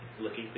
looking